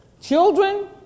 children